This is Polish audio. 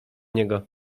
niego